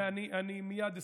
אני מייד אסיים.